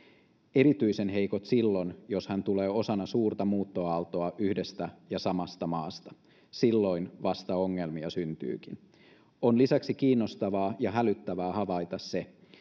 erityisen heikot silloin jos hän tulee osana suurta muuttoaaltoa yhdestä ja samasta maasta silloin vasta ongelmia syntyykin on lisäksi kiinnostavaa ja hälyttävää havaita se mikä on havaittu erilaisissa sosiologisissa tutkimuksissa